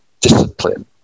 discipline